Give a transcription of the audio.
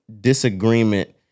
disagreement